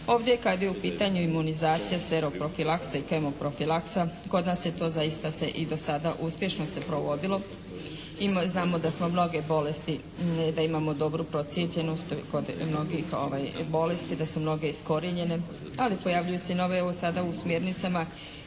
Ovdje kad je u pitanju imunizacija seroprofilaksa i kemoprofilaksa kod nas je to zaista se i do sada uspješno se provodilo. Znamo da smo mnoge bolesti, da imamo dobru procjepljenost kod mnogih bolesti, da su mnoge iskorijenjene, ali pojavljuju se i nove. Evo sada u smjernicama